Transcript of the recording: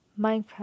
Minecraft